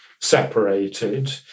separated